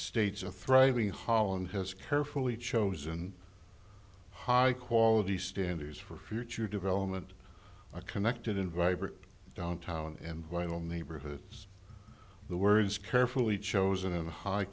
states a thriving holland has carefully chosen high quality standards for future development a connected in vibrant downtown and vital neighborhoods the words carefully chosen and high